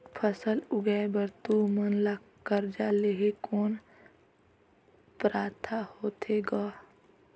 फसल उगाय बर तू मन ला कर्जा लेहे कौन पात्रता होथे ग?